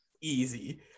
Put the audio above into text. Easy